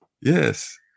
Yes